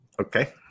Okay